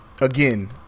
Again